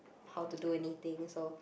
how to do anything so